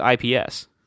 IPS